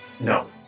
No